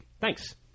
Thanks